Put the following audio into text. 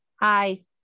Hi